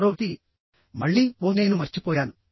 మరో వ్యక్తి మళ్ళీ ఓహ్ నేను మర్చిపోయాను